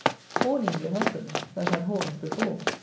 horning their husbands that had horns before.